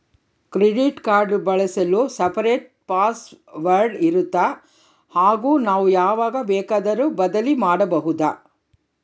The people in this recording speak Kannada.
ಕ್ರೆಡಿಟ್ ಕಾರ್ಡ್ ಬಳಸಲು ಸಪರೇಟ್ ಪಾಸ್ ವರ್ಡ್ ಇರುತ್ತಾ ಹಾಗೂ ನಾವು ಯಾವಾಗ ಬೇಕಾದರೂ ಬದಲಿ ಮಾಡಬಹುದಾ?